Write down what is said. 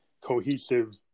cohesive